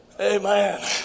Amen